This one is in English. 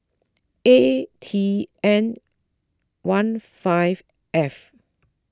A T N one five F